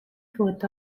fourth